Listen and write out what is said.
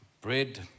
bread